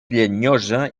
llenyosa